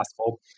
possible